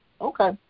Okay